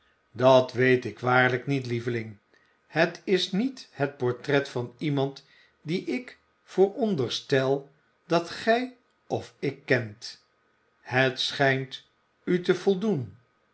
dat weet ik waarlijk niet lieveling het is niet het portret van iemand die ik vooronderstel dat gij of ik kent het schijnt u te voldoen